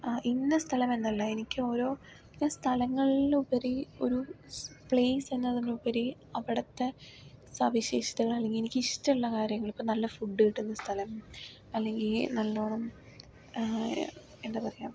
ഇന്ന സ്ഥലം എന്നല്ല എനിക്ക് ഓരോ സ്ഥലങ്ങളിലും ഉപരി ഒരു പ്ലേസ് എന്നതിലുപരി അവിടുത്തെ സവിശേഷതകൾ അല്ലെങ്കിൽ എനിക്കിഷ്ടമുള്ള കാര്യങ്ങൾ ഇപ്പോൾ നല്ല ഫുഡ് കിട്ടുന്ന സ്ഥലം അല്ലെങ്കിൽ നല്ലോണം എന്താ പറയുക